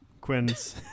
Quinn's